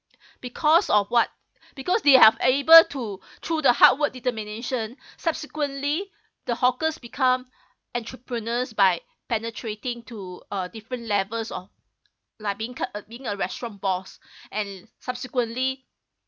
because of what because they are able to through the hard work determination subsequently the hawkers become entrepreneurs by penetrating to uh different levels of like being ca~ uh being a restaurant boss and subsequently